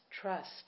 trust